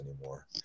anymore